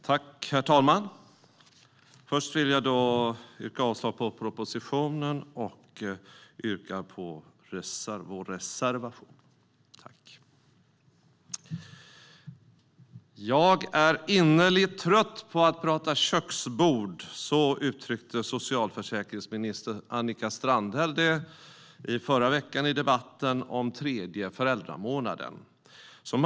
Herr talman! Jag vill först yrka avslag på propositionen och yrka bifall till vår reservation. "Jag är innerligt trött på att prata köksbord." Så uttryckte socialförsäkringsminister Annika Strandhäll det i debatten om en tredje föräldramånad förra veckan.